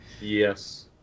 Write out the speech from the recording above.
Yes